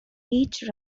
each